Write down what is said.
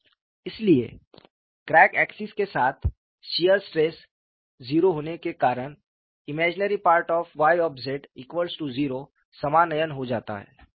इसलिए crack axis के साथ शियर स्ट्रेस 0 होने के कारण Im Y0 समानयन हो जाता है